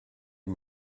est